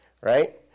right